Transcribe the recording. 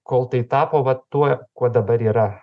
kol tai tapo va tuo kuo dabar yra